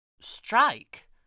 Strike